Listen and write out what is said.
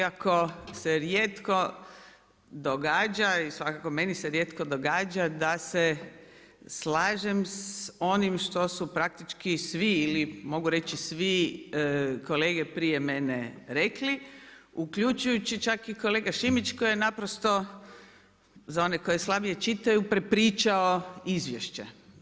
Iako se rijetko događa i svakako meni se rijetko događa da se slažem sa onim što su praktički svi ili mogu reći svi kolege prije mene rekli uključujući čak i kolega Šimić koji je naprosto za one koji slabije čitaju prepričao izvješće.